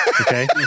okay